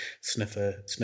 sniffer